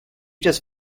just